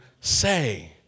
say